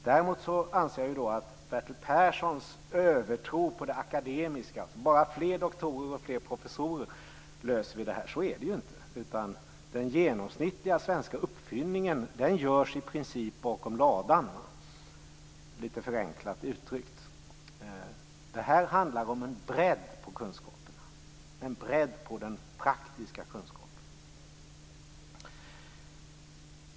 Däremot anser jag att Bertil Perssons övertro på att vi med det akademiska - fler doktorer och fler professorer - löser detta. Så är det inte, utan den genomsnittliga svenska uppfinningen görs i princip bakom ladan, litet förenklat uttryckt. Det handlar om en bredd på kunskaperna, en bredd på den praktiska kunskapen.